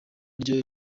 ryo